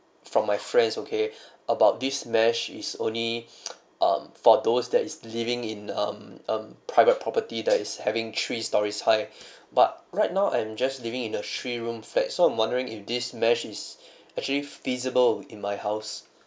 from my friends okay about this mesh is only um for those that is living in um um private property that is having three storeys high but right now I'm just living in a three room flat so I'm wondering if this mesh is actually feasible in my house